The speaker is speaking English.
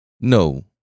No